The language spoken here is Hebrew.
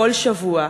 כל שבוע,